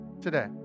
today